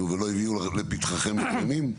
ולא הביאו לפתחכם מיזמים?